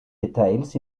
details